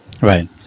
right